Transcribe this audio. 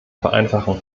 vereinfachen